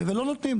ולא נותנים.